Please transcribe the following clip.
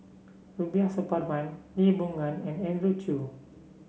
Rubiah Suparman Lee Boon Ngan and Andrew Chew